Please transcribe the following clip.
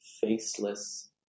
faceless